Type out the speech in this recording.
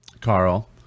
Carl